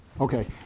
Okay